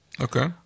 Okay